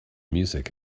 music